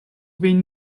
vin